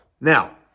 Now